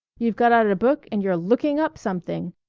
you've got out a book and you're looking up something.